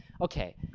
okay